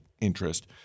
interest